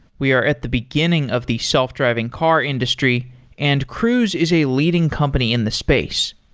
we are at the beginning of the self-driving car industry and cruise is a leading company in the space.